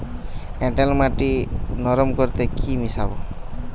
এঁটেল মাটি নরম করতে কি মিশাব?